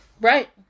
Right